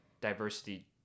diversity